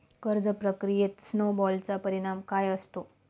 कर्ज प्रक्रियेत स्नो बॉलचा परिणाम काय असतो?